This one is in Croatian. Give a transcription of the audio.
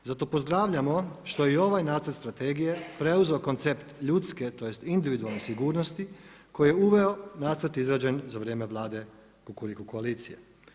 Zato pozdravljamo što je i ovaj nacrt strategije preuzeo koncept ljudske, tj. individualne sigurnosti koji je uveo nacrt izrađen za vrijeme Vlade kukuriku koalicije.